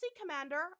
commander